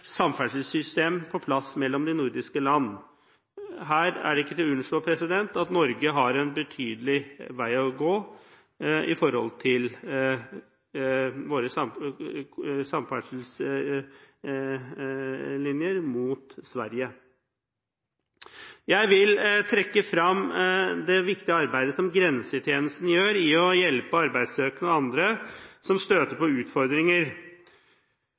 samferdselssystem på plass mellom de nordiske land. Her er det ikke til å unnslå at vi i Norge har en betydelig vei å gå med hensyn til våre samferdselslinjer mot Sverige. Jeg vil trekke frem det viktige arbeidet som Grensetjenesten gjør i å hjelpe arbeidssøkende og andre som støter på utfordringer.